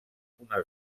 unes